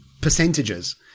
percentages